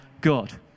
God